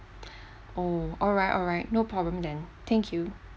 oh alright alright no problem then thank you